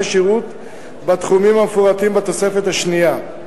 שירות בתחומים המפורטים בתוספת השנייה.